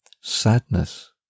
sadness